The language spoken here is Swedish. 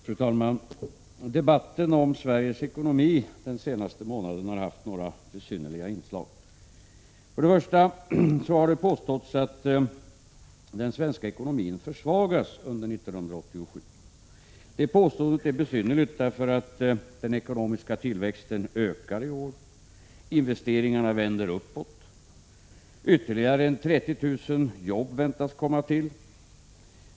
Fru talman! Debatten om Sveriges ekonomi har under den senaste månaden haft några besynnerliga inslag. Det har påståtts att den svenska ekonomin försvagas under 1987. Det påståendet är besynnerligt därför att den ekonomiska tillväxten ökar i år. Investeringarna vänder uppåt. Ytterligare 30 000 jobb väntas komma till.